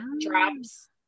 drops